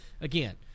Again